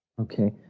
Okay